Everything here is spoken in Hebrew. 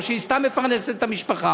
או שהיא סתם מפרנסת את המשפחה,